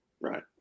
Right